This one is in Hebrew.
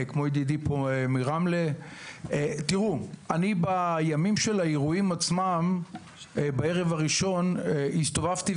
בערב הראשון של האירועים עצמם הסתובבתי,